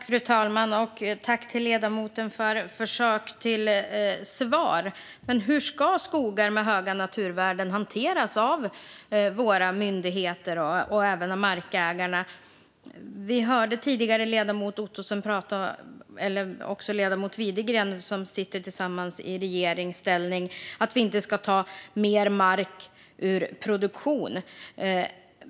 Fru talman! Tack till ledamoten för försök till svar! Men hur ska skogar med höga naturvärden hanteras av myndigheter och markägare? Vi hörde tidigare ledamoten Ottosson och ledamoten Widegren, som tillsammans sitter i regeringsställning, prata om att man inte ska ta mer mark ur produktion.